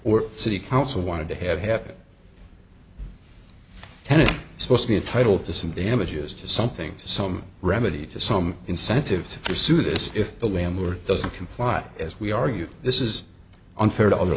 or city council wanted to have happen then is supposed to be entitled to some damages to something some remedy to some incentive to pursue this if the landlord doesn't comply as we argue this is unfair to other